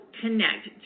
connect